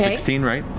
yeah sixteen, right?